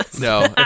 no